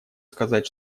сказать